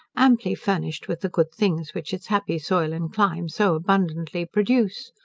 amply furnished with the good things which its happy soil and clime so abundantly produce.